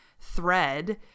thread